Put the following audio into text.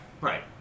right